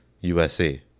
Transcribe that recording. USA